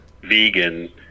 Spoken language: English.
vegan